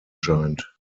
scheint